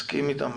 אני מסכים איתם,